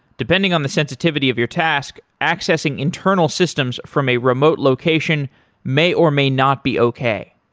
depending on the sensitivity of your task, accessing internal systems from a remote location may or may not be okay.